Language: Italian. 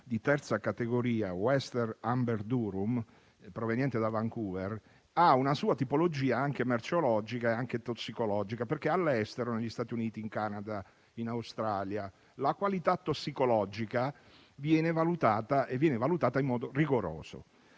di terza categoria "western amber durum", proveniente da Vancouver, abbia una sua tipologia merceologica e tossicologica. All'estero (negli Stati Uniti, in Canada e in Australia), la qualità tossicologica viene valutata in modo rigoroso.